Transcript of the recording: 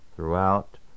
throughout